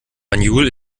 banjul